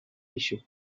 issue